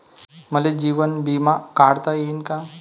मले जीवन बिमा काढता येईन का?